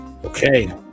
Okay